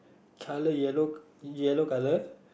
colour yellow yellow colour